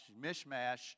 mishmash